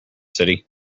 city